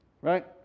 right